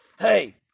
Hey